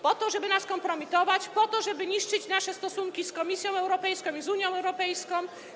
Po to, żeby nas kompromitować, po to, żeby niszczyć nasze stosunki z Komisją Europejską, z Unią Europejską?